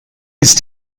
ist